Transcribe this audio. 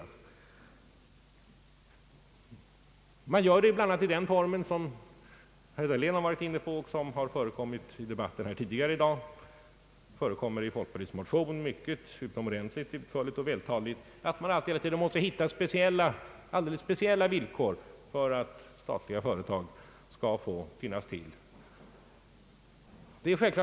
Man framför dessa krav bl.a. i den form som herr Dahlén varit inne på, som förekommit i debatten tidigare här i dag och som förekommer utomordentligt utförligt och vältaligt i folkpartiets motion, nämligen att man måste hitta alldeles speciella villkor för att statliga företag skall få finnas till.